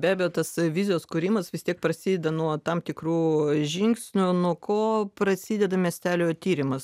be abejo tas vizijos kūrimas vis tiek prasideda nuo tam tikrų žingsnių nuo ko prasideda miestelio tyrimas